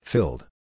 Filled